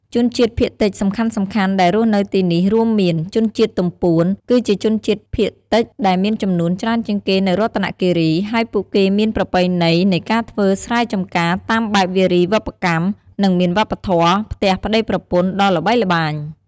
ជនជាតិភាគតិចសំខាន់ៗដែលរស់នៅទីនេះរួមមាន ជនជាតិទំពួន គឺជាជនជាតិភាគតិចដែលមានចំនួនច្រើនជាងគេនៅរតនគិរី ហើយពួកគេមានប្រពៃណីនៃការធ្វើស្រែចម្ការតាមបែបវារីវប្បកម្ម និងមានវប្បធម៌ "ផ្ទះប្ដីប្រពន្ធ" ដ៏ល្បីល្បាញ។